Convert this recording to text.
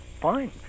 fine